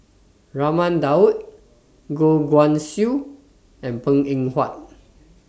Raman Daud Goh Guan Siew and Png Eng Huat